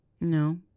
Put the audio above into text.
No